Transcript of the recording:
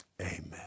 amen